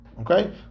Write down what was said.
Okay